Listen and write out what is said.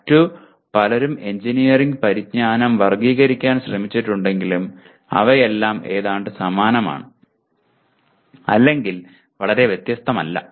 മറ്റു പലരും എഞ്ചിനീയറിംഗ് പരിജ്ഞാനം വർഗ്ഗീകരിക്കാൻ ശ്രമിച്ചിട്ടുണ്ടെങ്കിലും അവയെല്ലാം ഏതാണ്ട് സമാനമാണ് അല്ലെങ്കിൽ വളരെ വ്യത്യസ്തമല്ല